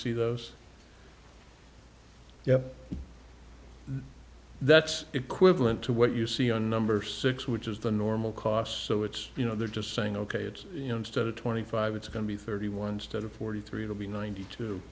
see those yeah that's equivalent to what you see on number six which is the normal cost so it's you know they're just saying ok it's you know instead of twenty five it's going to be thirty one instead of forty three it'll be ninety two